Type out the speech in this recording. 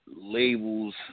labels